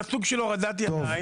אלא סוג של הורדת ידיים